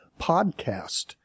podcast